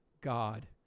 God